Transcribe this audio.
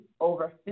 over